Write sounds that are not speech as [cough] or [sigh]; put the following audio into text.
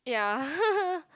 ya [laughs]